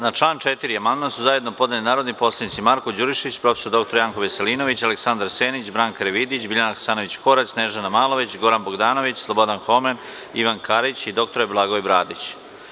Na član 4. amandman su zajedno podneli narodni poslanici Marko Đurišić, prof. dr Janko Veselinović, Aleksandar Senić, Branka Karavidić, Biljana Hasanović Korać, Snežana Malović, Goran Bogdanović, Slobodan Homen, Ivan Karić i dr Blagoje Bradić.